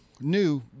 new